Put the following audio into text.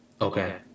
okay